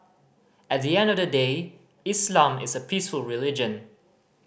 at the end of the day Islam is a peaceful religion